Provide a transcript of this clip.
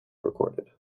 recorded